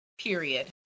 period